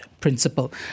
principle